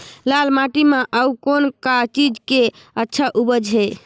लाल माटी म अउ कौन का चीज के अच्छा उपज है?